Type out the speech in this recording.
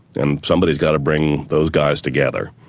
and somebody's got to bring those guys together,